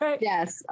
Yes